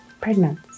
pregnant